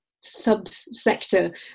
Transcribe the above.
sub-sector